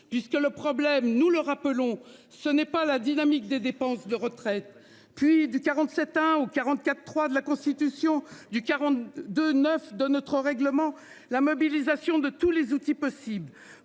puisque le problème nous le rappelons ce n'est pas la dynamique des dépenses de retraites. Puis du 47 hein ou 44 3 de la Constitution du 40 de neuf de notre règlement. La mobilisation de tous les outils possibles